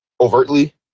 overtly